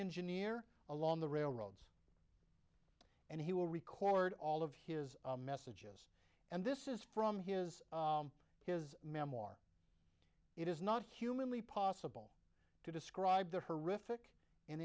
engineer along the railroads and he will record all of his messages and this is from his his memoir it is not humanly possible to describe the horrific and